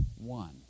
one